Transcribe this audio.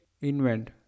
invent